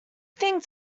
thing